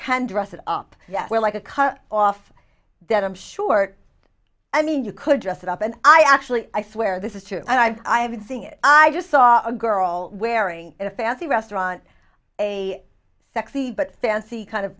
can dress it up like a cut off then i'm sure i mean you could dress it up and i actually i swear this is true i'm i haven't seen it i just saw a girl wearing in a fancy restaurant a sexy but fancy kind of